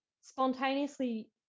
spontaneously